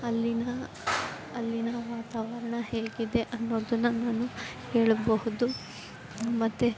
ಅಲ್ಲಿನ ಅಲ್ಲಿನ ವಾತಾವರಣ ಹೇಗಿದೆ ಅನ್ನೋದನ್ನ ನಾನು ಹೇಳಬಹುದು ಮತ್ತೆ